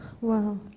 Wow